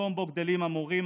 מקום שבו גדלים המורים,